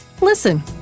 Listen